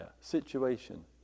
situation